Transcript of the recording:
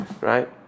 right